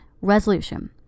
Resolution